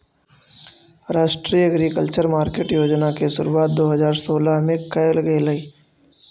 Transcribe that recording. राष्ट्रीय agriculture market योजना के शुरुआत दो हज़ार सोलह में कैल गेलइ